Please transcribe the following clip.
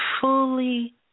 fully